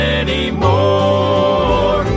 anymore